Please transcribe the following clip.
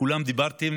כולכם דיברתם